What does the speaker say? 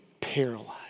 paralyzed